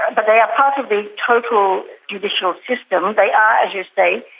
ah but they are part of the total judicial system. ah they are, as you say,